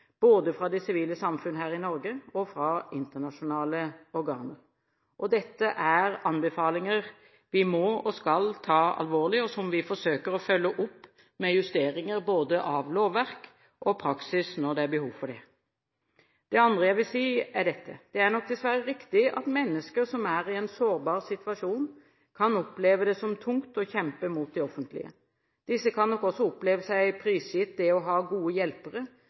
både fra det sivile samfunn her i Norge og fra internasjonale organer. Dette er anbefalinger vi må og skal ta alvorlig, og som vi forsøker å følge opp med justeringer av både lovverk og praksis, når det er behov for det. Det andre jeg vil si, er dette: Det er nok dessverre riktig at mennesker som er i en sårbar situasjon, kan oppleve det som tungt å kjempe mot det offentlige. Disse kan nok oppleve seg prisgitt det å ha gode hjelpere,